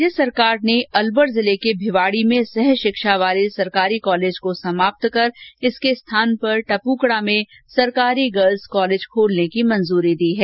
राज्य सरकार ने अलवर जिले के भिवाड़ी में सहशिक्षा वाले सरकारी कॉलेज को समाप्त कर इसके स्थान पर टपुकडा में सरकारी गर्ल्स कॉलेज खोलने की मंजूरी दी है